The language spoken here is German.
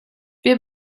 wir